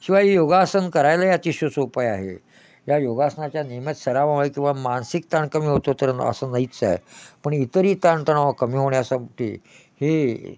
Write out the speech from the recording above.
शिवाय योगासन करायला याचीशुसो उपाय आहे या योगासनाच्या नियमित सराव आहे किंवा मानसिक ताण कमी होतो तर असं नाहीच आहे पण इतरही ताणतणाव कमी होण्यासाठी हे